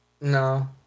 no